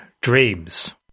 Dreams